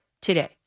today